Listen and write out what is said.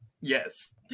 Yes